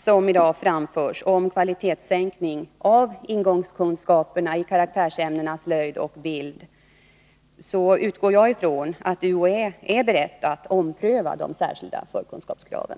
som i dag har framförts om kvalitetssänkning av ingångskunskaperna i karaktärsämnena slöjd och bild besannas, utgår jag från att UHÄ är berett att ompröva de särskilda förkunskapskraven.